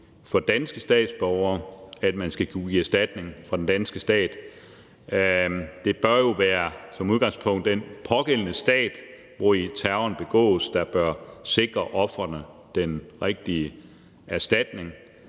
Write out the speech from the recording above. det danske statsborgere, at der skal kunne gives erstatning af den danske stat. Det bør jo som udgangspunkt være den pågældende stat, hvori terroren begås, der bør sikre ofrene den rigtige erstatning,